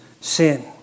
sin